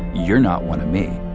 you're not one of me,